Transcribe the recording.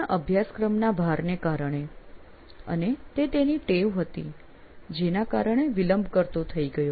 તેના અભ્યાસક્રમના ભારના કારણે અને તે તેની ટેવ હતી જેના કારણે વિલંબ કરતો થઈ ગયો